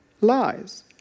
lies